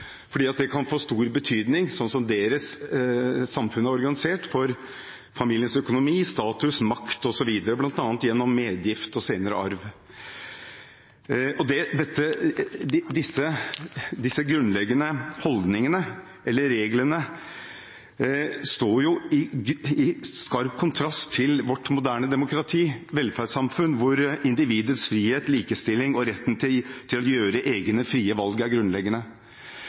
fordi det kan få stor betydning – slik som deres samfunn er organisert – for familiens økonomi, status, makt osv., bl.a. gjennom medgift og senere arv. Disse grunnleggende holdningene eller reglene står i skarp kontrast til vårt moderne demokrati og velferdssamfunn, hvor individets frihet, likestilling og retten til å gjøre egne, frie valg er grunnleggende.